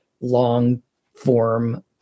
long-form